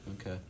Okay